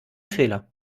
fehler